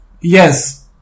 yes